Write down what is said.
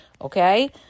okay